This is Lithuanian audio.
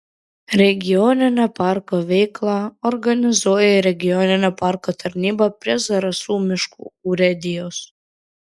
regioninio parko veiklą organizuoja regioninio parko tarnyba prie zarasų miškų urėdijos